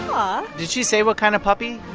um aww did she say what kind of puppy?